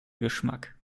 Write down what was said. geschmack